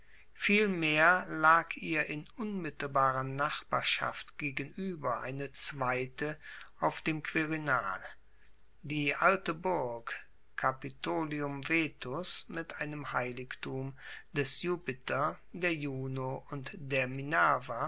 vielmehr lag ihr in unmittelbarer nachbarschaft gegenueber eine zweite auf dem quirinal die alte burg capitolium vetus mit einem heiligtum des jupiter der juno und der